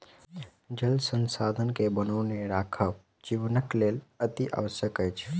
जल संसाधन के बनौने राखब जीवनक लेल अतिआवश्यक अछि